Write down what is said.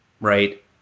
right